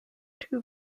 two